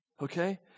Okay